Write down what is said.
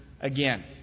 again